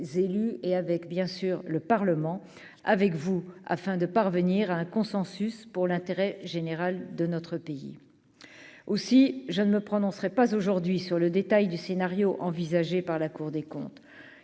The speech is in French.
et avec bien sûr le Parlement avec vous afin de parvenir à un consensus pour l'intérêt général de notre pays aussi, je ne me prononcerai pas aujourd'hui sur le détail du scénario envisagé par la Cour des comptes,